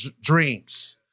dreams